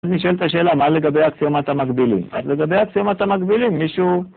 אז אני שואל את השאלה, מה לגבי אקסיומת המקבילים? אז לגבי אקסיומת המקבילים מישהו...